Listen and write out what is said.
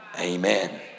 Amen